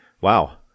wow